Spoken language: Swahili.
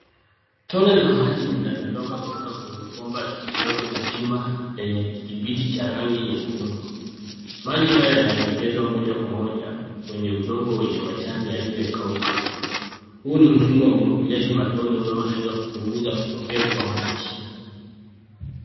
Tone la maji linadondoka kutoka kwenye bomba dogo la chuma lenye kibiti cha rangi nyekundu ,maji haya yanaelekezwa moja kwa moja kwenye udongo wenye majani yaliyokauka huu ni mfumo wa umwagiliaji matone unaolenga kupunguza upotevu wa maji.